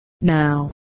Now